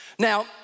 Now